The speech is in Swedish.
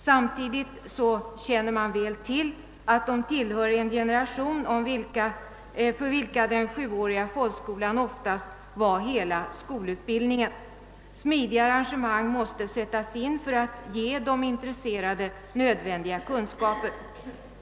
Samtidigt känner man väl till att de tillhör en generation för vilken den sjuåriga folkskolan ofta utgör hela skolutbildningen. Smidiga arrangemang måste sättas in för att ge de intresserade nödvändiga kunskaper.